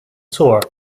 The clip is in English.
tour